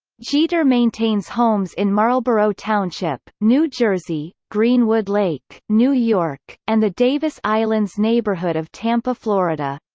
jeter maintains homes in marlboro township, new jersey greenwood lake, new york and the davis islands neighborhood of tampa, florida.